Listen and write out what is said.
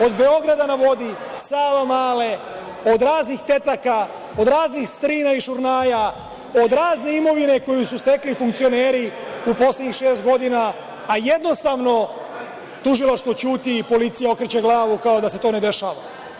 Od „Beograda na vodi“, Savamale, od raznih „tetaka“, od raznih „strina“ i „šurnjaja“, od razne imovine koju su stekli funkcioneri u poslednjih šest godina, a jednostavno Tužilaštvo ćuti i policija okreće glavu kao da se to ne dešava.